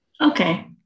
Okay